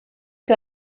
que